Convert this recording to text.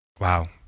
Wow